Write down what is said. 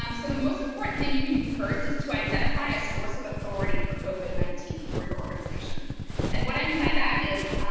um sort of most important thing you can do first is to identify a source of authority for covid nineteen for your organization and what i mean by that is,